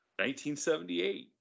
1978